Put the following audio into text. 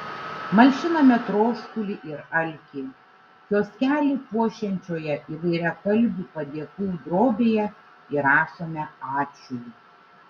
malšiname troškulį ir alkį kioskelį puošiančioje įvairiakalbių padėkų drobėje įrašome ačiū